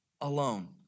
alone